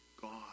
God